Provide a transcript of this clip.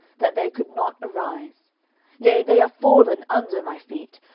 that they could not arise yea, they are fallen under my feet.